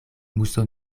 muso